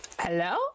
Hello